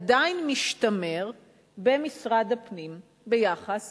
עדיין משתמר במשרד הפנים ביחס